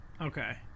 Okay